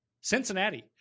Cincinnati